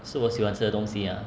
是我喜欢吃的东西啊